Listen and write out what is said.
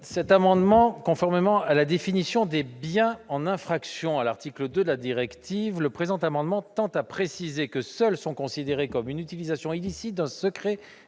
le rapporteur. Conformément à la définition des « biens en infraction » figurant à l'article 2 de la directive, le présent amendement tend à préciser que seules sont considérées comme une utilisation illicite d'un secret